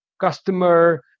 customer